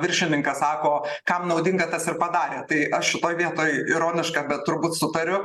viršininkas sako kam naudinga tas ir padarė tai aš vietoj ironiška bet turbūt sutariu